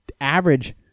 average